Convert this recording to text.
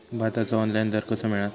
भाताचो ऑनलाइन दर कसो मिळात?